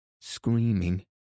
screaming